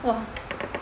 !wah!